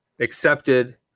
accepted